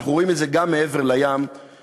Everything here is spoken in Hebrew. אנחנו רואים את זה גם מעבר לים בארצות-הברית,